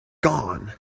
gone